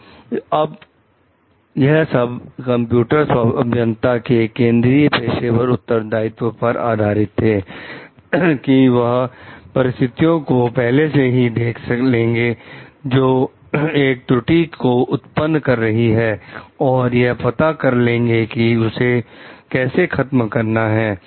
तो यह सब कंप्यूटर अभियंता के केंद्रीय पेशेवर उत्तरदायित्व पर आधारित थे कि वह परिस्थिति को पहले से ही देख लेंगे जो एक त्रुटि को उत्पन्न कर रही है और यह पता कर लेंगे कि उसे कैसे खत्म करना है